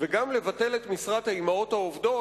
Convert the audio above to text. וגם לבטל את משרת האמהות העובדות,